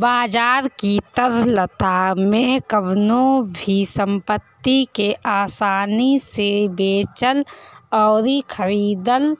बाजार की तरलता में कवनो भी संपत्ति के आसानी से बेचल अउरी खरीदल